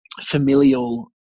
familial